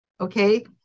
Okay